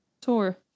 tour